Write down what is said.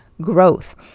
growth